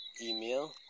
email